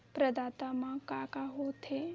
प्रदाता मा का का हो थे?